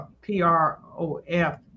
P-R-O-F